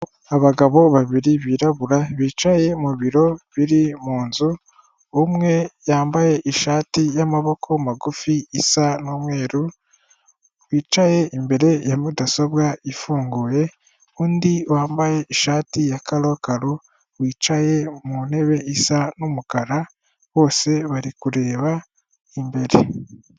Abagabo babiri birabura bicaye mu biro biri mu nzu, umwe yambaye ishati y'amaboko magufi isa n'umweru, wicaye imbere ya mudasobwa ifunguye, undi wambaye ishati ya karokaro wicaye mu ntebe isa n'umukara, bose bari kureba imbere.